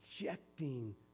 rejecting